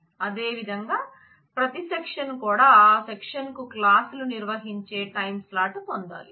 అదేవిధంగా ప్రతి సెక్షన్ కూడా ఆ సెక్షన్ కు క్లాసులు నిర్వహించే టైమ్ స్లాట్ పొందాలి